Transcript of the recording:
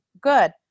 good